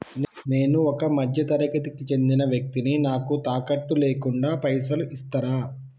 నేను ఒక మధ్య తరగతి కి చెందిన వ్యక్తిని నాకు తాకట్టు లేకుండా పైసలు ఇస్తరా?